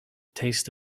taste